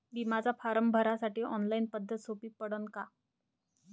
बिम्याचा फारम भरासाठी ऑनलाईन पद्धत सोपी पडन का?